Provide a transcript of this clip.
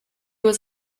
was